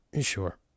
Sure